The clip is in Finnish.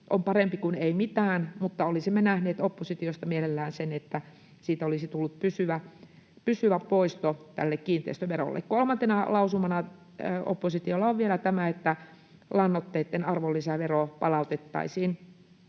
on parempi kuin ei mitään, mutta olisimme nähneet oppositiosta mielellämme sen, että siitä olisi tullut pysyvä poisto tälle kiinteistöverolle. Kolmantena lausumana oppositiolla on vielä tämä, että lannoitteitten arvonlisävero palautettaisiin,